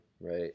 right